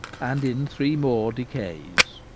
and in three more decays.